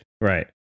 right